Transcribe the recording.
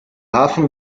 hafen